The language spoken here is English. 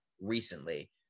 recently